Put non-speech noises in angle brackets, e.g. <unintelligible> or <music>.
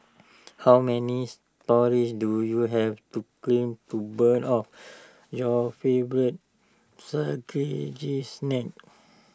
how many storeys do you have to climb to burn off your favourite <unintelligible> snacks